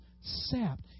sapped